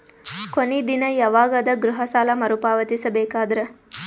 ಕೊನಿ ದಿನ ಯವಾಗ ಅದ ಗೃಹ ಸಾಲ ಮರು ಪಾವತಿಸಬೇಕಾದರ?